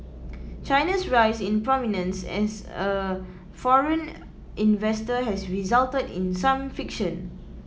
China's rise in prominence as a foreign investor has resulted in some friction